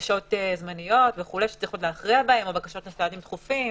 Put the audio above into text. בקשת זמניות וכו' שיש להכריע בהן או בקשות לסעדים דחופים.